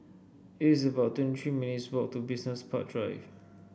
it is about twenty three minutes' walk to Business Park Drive